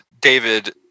David